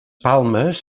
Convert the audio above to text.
palmes